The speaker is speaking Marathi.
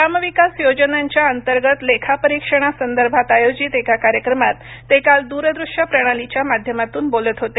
ग्राम विकास योजनांच्या अंतर्गत लेखापरीक्षणा संदर्भात आयोजित एका कार्यक्रमात ते काल दूरदृष्य प्रणालीच्या माध्यमातून बोलत होते